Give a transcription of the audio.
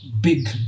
big